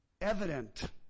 evident